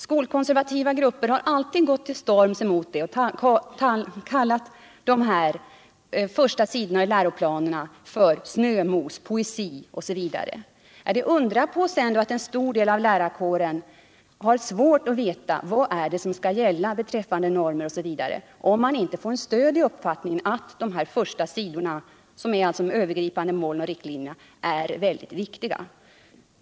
Skolkonservativa grupper har alltid gått till storms emot dessa övergripande mål och riktlinjer och kallat de första sidorna i läroplanerna för snömos, poesi osv. Är det sedan att undra på att en stör del av lärarkåren och eleverna har svårt att veta vad det är som skall gälla beträffande normer? Det är de övergripande målen och riktlinjerna som i stället borde ges.